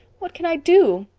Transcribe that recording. what can i do?